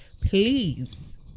please